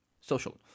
social